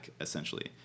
essentially